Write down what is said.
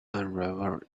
unraveled